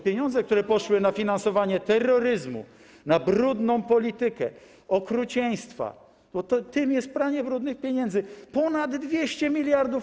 Pieniądze poszły na finansowanie terroryzmu, na brudną politykę, okrucieństwa, bo tym jest pranie brudnych pieniędzy, ponad 200 mld.